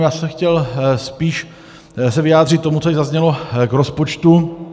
Já jsem chtěl spíš se vyjádřit k tomu, co zaznělo k rozpočtu.